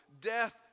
death